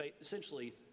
essentially